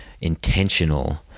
intentional